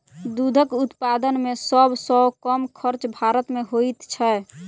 दूधक उत्पादन मे सभ सॅ कम खर्च भारत मे होइत छै